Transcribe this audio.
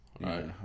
Right